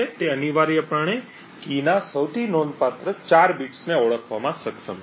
તે અનિવાર્યપણે કી ના સૌથી નોંધપાત્ર 4 બિટ્સને ઓળખવામાં સક્ષમ છે